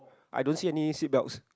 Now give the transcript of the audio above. I don't see any seat belts